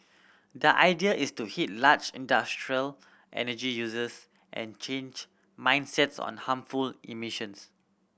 the idea is to hit large industrial energy users and change mindsets on harmful emissions